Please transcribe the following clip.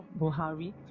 buhari